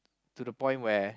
to the point where